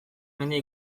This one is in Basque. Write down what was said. mendia